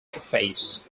face